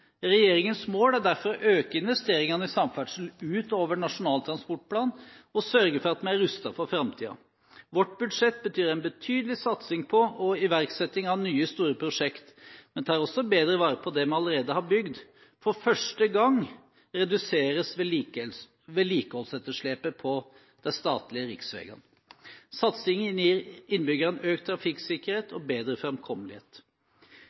Regjeringens mål er derfor å øke investeringene i samferdsel utover Nasjonal transportplan og sørge for at vi er rustet for framtiden. Vårt budsjett betyr en betydelig satsing på og iverksetting av nye store prosjekter, men tar også bedre vare på det vi allerede har bygd. For første gang reduseres vedlikeholdsetterslepet på de statlige riksveiene. Satsingen gir innbyggerne økt trafikksikkerhet